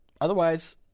otherwise